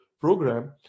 program